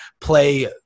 play